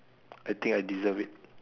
I think I deserve it